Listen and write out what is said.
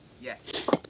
Yes